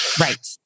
Right